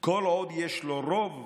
"כל עוד יש לו רוב,